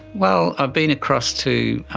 well, i've been across to,